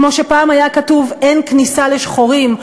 כמו שפעם היה כתוב: "אין כניסה לשחורים",